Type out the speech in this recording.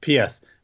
PS